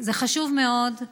זה חשוב מאוד: